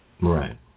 Right